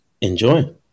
Enjoy